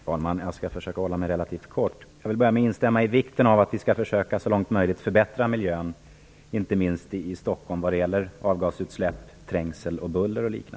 Herr talman! Jag skall försöka fatta mig relativt kort. Jag börjar med att instämma i vad som sagts om vikten av att vi så långt som möjligt skall försöka förbättra miljön, inte minst i Stockholm, vad gäller avgasutsläpp, trängsel, buller o.d.